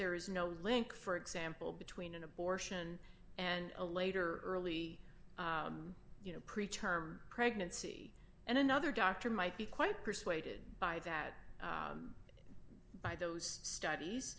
there is no link for example between an abortion and a later early you know pre term pregnancy and another doctor might be quite persuaded by that by those studies